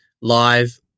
live